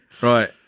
Right